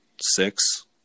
six